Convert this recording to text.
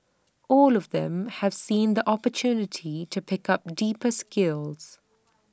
all of them have seen the opportunity to pick up deeper skills